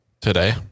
Today